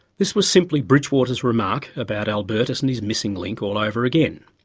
this was simply bridgwater's remark about albertus and his missing link all over again,